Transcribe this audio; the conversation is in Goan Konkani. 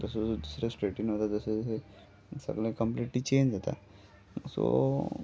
तसो दुसरे स्टेटीन वता तसो तसो सगळें कंप्लीटली चेंज जाता सो